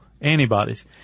antibodies